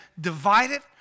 divided